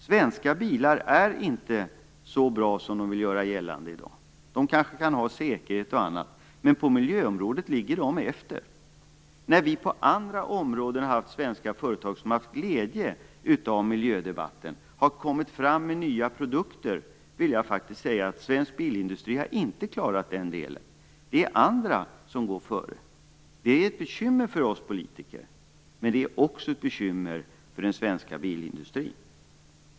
Svenska bilar är inte så bra som man vill göra gällande i dag. De kanske är säkra, men på miljöområdet ligger de efter. På andra områden har det funnits svenska företag som har haft glädje av miljödebatten och som har kommit fram med nya produkter. Jag vill faktiskt säga att svensk bilindustri inte har klarat den delen. Andra går före. Det är ett bekymmer för oss politiker, men det är också ett bekymmer för svensk bilindustri.